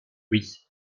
oui